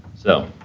so,